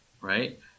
right